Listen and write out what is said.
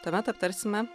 tuomet aptarsime